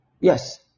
Yes